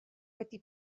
wedi